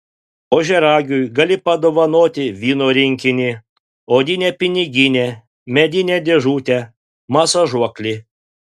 ožiaragiui gali padovanoti vyno rinkinį odinę piniginę medinę dėžutę masažuoklį